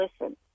listen